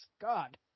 God